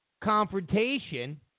confrontation